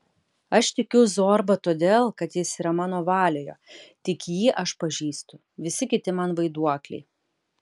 aš tikiu zorba todėl kad jis yra mano valioje tik jį aš pažįstu visi kiti man vaiduokliai